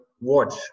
watch